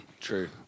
True